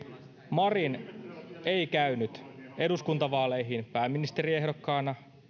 marin ei käynyt eduskuntavaaleihin pääministeriehdokkaana